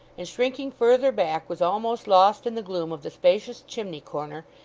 and shrinking further back was almost lost in the gloom of the spacious chimney-corner,